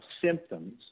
symptoms